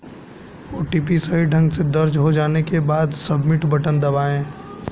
OTP सही ढंग से दर्ज हो जाने के बाद, सबमिट बटन दबाएं